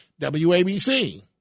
WABC